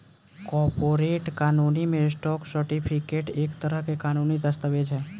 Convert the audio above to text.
corporate कानून में, stock certificate एक तरह के कानूनी दस्तावेज ह